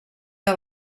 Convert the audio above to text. que